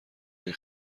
این